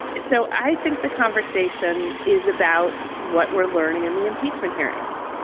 so i think the conversation is about what we're learning in the impeachment hearings.